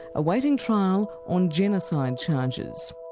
awaiting trial on genocide charges.